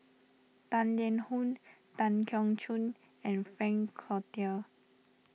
Tang Liang Hong Tan Keong Choon and Frank Cloutier